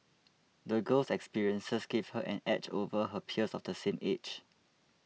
the girl's experiences gave her an edge over her peers of the same age